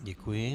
Děkuji.